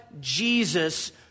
Jesus